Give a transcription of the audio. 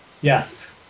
Yes